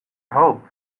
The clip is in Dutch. hoop